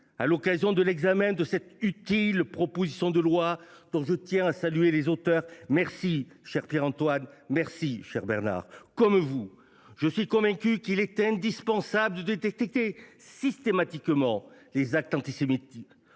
à l’occasion de l’examen de cette utile proposition de loi, dont je tiens à saluer les auteurs. Cher Pierre Antoine Levi, cher Bernard Fialaire, comme vous, je suis convaincu qu’il est indispensable de détecter systématiquement les actes antisémites.